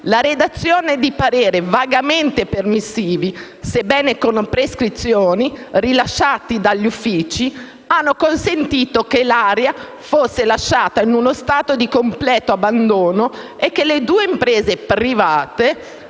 la redazione di pareri vagamente permissivi, sebbene con prescrizioni, rilasciati dagli uffici, hanno consentito che l'area fosse lasciata in uno stato di completo abbandono e che le due imprese private